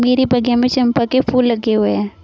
मेरे बगिया में चंपा के फूल लगे हुए हैं